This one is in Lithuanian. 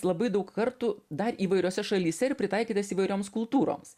labai daug kartų dar įvairiose šalyse ir pritaikytas įvairioms kultūroms